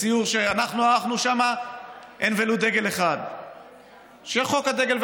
בסיור שאנחנו ערכנו שם אין ולו דגל אחד שחוק הדגל,